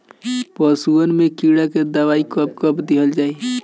पशुअन मैं कीड़ा के दवाई कब कब दिहल जाई?